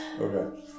Okay